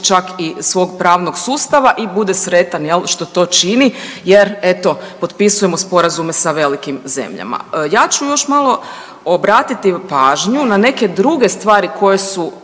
čak i svog pravnog sustava i bude sretan, je li, što to čini, jer eto, potpisujemo sporazume sa velikim zemljama. Ja ću još malo obratiti pažnju na neke druge stvari koje su